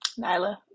Nyla